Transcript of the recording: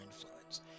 influence